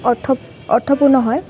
অৰ্থ অৰ্থপূৰ্ণ হয়